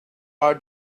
our